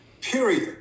period